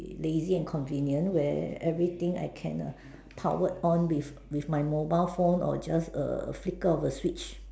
lazy and convenient where everything I can err powered on with with my mobile phone or just a flicker of a Switch